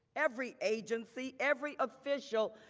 every agency, every official,